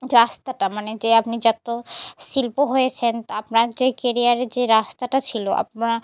রাস্তাটা মানে যে আপনি যত শিল্প হয়েছেন আপনার যে কেরিয়ারের যে রাস্তাটা ছিল আপনার